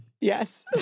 Yes